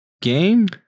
game